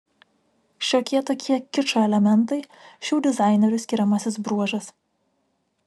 šiokie tokie kičo elementai šių dizainerių skiriamasis bruožas